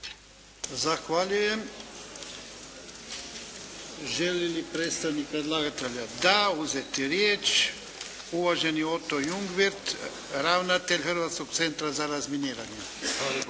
Zahvaljujem. Želi li predstavnik predlagatelja uzeti riječ? Da. Uvaženi Oto Jungwirth ravnatelj Hrvatskog centra za razminiranje.